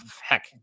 heck